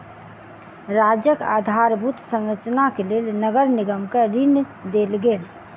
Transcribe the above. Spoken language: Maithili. राज्यक आधारभूत संरचनाक लेल नगर निगम के ऋण देल गेल